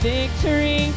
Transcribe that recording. victory